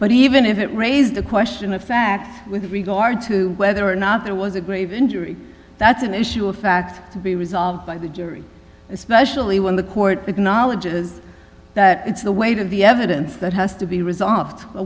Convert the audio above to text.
but even if it raised the question of fact with regard to whether or not there was a grave injury that's an issue of fact to be resolved by the jury especially when the court acknowledges that it's the weight of the evidence that has to be resolved